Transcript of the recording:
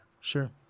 Sure